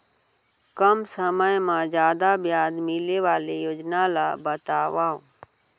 कम समय मा जादा ब्याज मिले वाले योजना ला बतावव